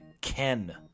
ken